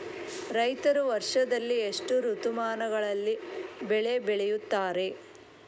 ರೈತರು ವರ್ಷದಲ್ಲಿ ಎಷ್ಟು ಋತುಮಾನಗಳಲ್ಲಿ ಬೆಳೆ ಬೆಳೆಯುತ್ತಾರೆ?